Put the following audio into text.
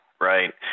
right